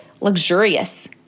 luxurious